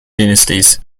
dynasties